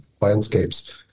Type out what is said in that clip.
landscapes